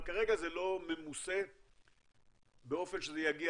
אבל כרגע זה לא ממוסה באופן שזה יגיע